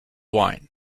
wine